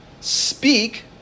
speak